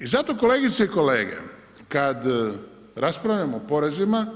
I zato kolegice i kolege kad raspravljamo o porezima